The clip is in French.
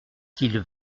qu’il